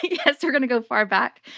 yes, we're going to go far back.